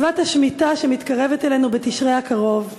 מצוות השמיטה שמתקרבת אלינו, בתשרי הקרוב.